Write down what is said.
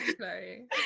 Sorry